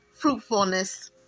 fruitfulness